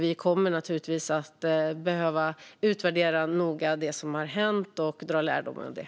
Vi kommer naturligtvis att behöva utvärdera det som har hänt noga och dra lärdom av det.